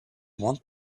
want